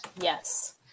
Yes